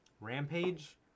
Rampage